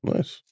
Nice